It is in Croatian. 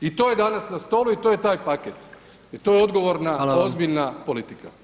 I to je danas na stolu i to je taj paket i to je odgovorna [[Upadica: Hvala vam.]] ozbiljna politika.